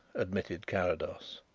admitted carrados.